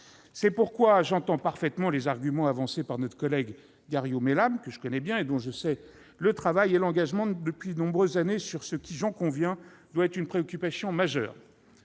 C'est pourquoi j'entends parfaitement les arguments avancés par notre collègue Garriaud-Maylam, que je connais bien et dont je sais le travail et l'engagement depuis de nombreuses années sur ce qui, j'en conviens, doit être une préoccupation majeure.